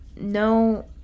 no